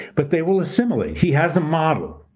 but they will assimilate. he has a model.